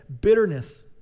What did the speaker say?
bitterness